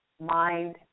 mind